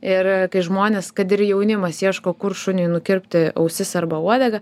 ir kai žmonės kad ir jaunimas ieško kur šuniui nukirpti ausis arba uodegą